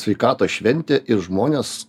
sveikatos šventė ir žmonės